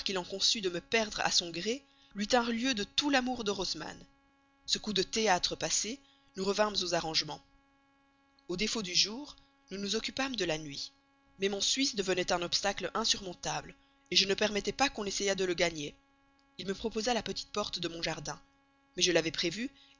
conçut de me perdre à son gré lui tinrent lieu de tout l'amour d'orosmane ce coup de théâtre passé nous revînmes aux arrangements au défaut du jour nous nous occupâmes de la nuit mais mon suisse devenait un obstacle insurmontable je ne permettais pas qu'on essayât de le gagner il me proposa la petite porte de mon jardin mais je l'avais prévu